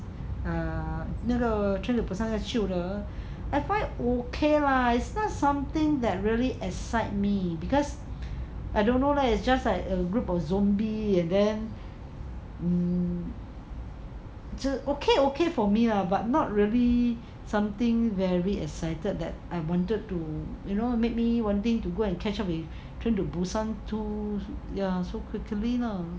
err 那个 train to busan 那个旧的 I find okay lah it's not something that really excite me because I don't know leh is just like a group of zombie and then um so okay okay for me lah but not really something very excited that I wanted to you know make me wanting to go and catch up with train to busan two ya so quickly lah